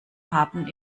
haben